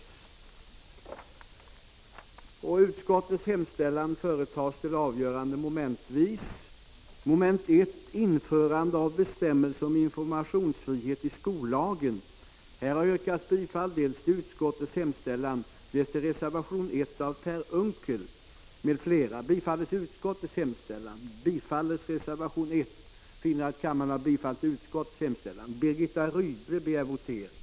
Låt oss gärna arbeta tillsammans för att det grova videovåldet skall försvinna, för det vore gott för samhället och bra för ungdomarna.